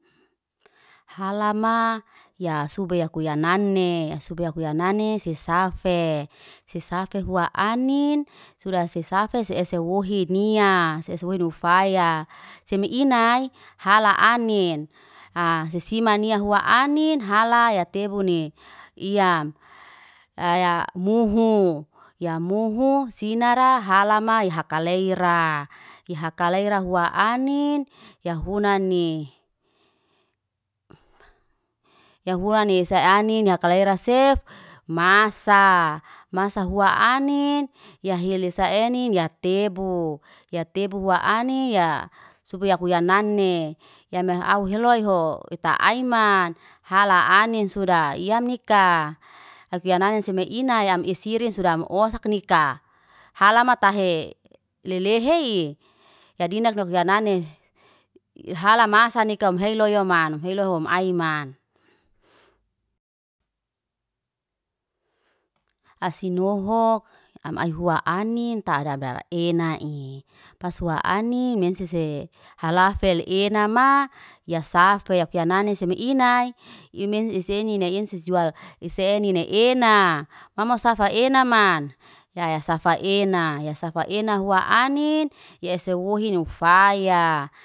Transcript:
Halama ya sube yak kuya nane, ya sube yak kuya nane sisafe. Sisafe huwa anin, suda sisafe se es se wuhi nia. Sese wuhi nufaya. Semi inai, hala anin. Aa sisima nia huwa anin, hala ya tebuni. Yam aya muhu, ya muhu, sinara halama ya hakaleira. Ya hakaleira huwa anin, ya hunani. ya hurani isa anin, ya hakaleira sef, masaa. Masa huwa anin, ya hilisa anin, ya tebu ya tebu huwa anin, ya sube yak kuya nane. Ya mehaw hiloiho, ita aiman. Hala anin, suda yam nika. Aku ya nanin seme inay, yam isirin suda moasak nikaa. Hala matahe lilehei, ya dinda nuk yanane. Hala maasa nika umheilo yo manu, umheilo hom aiman. asinohok am ay huwa anin, tara dara enai. Pasuwa anin mensese halafel inama, ya safe ya kuyanane semi inai. Yu mensese inina insi jual isenina ena. Mamosafe ena man, ya ya safe ena, ya safe en huwa anin, ya ese wuhi nufaya.